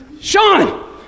Sean